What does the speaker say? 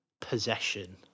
possession